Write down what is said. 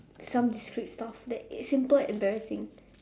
some discrete stuff that is simple and embarrassing